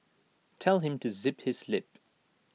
tell him to zip his lip